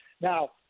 Now